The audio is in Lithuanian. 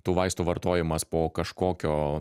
tų vaistų vartojimas po kažkokio